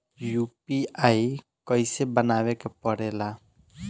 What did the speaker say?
UPI कइसे बनावे के परेला?